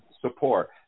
support